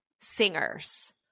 singers